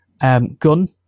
Gun